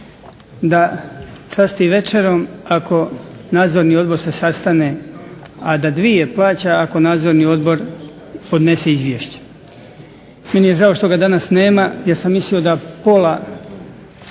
da časti večerom da ako nadzorni odbor se sastane, a da dvije plaća ako nadzorni odbor podnese izvješće. Meni je žao što ga danas nema jer sam mislio da pola